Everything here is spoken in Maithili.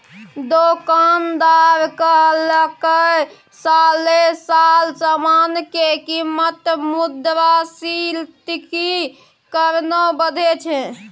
दोकानदार कहलकै साले साल समान के कीमत मुद्रास्फीतिक कारणे बढ़ैत छै